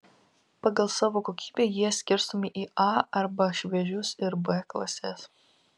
pagal savo kokybę jie skirstomi į a arba šviežius ir b klases